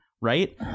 right